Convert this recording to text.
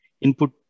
input